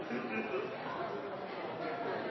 sine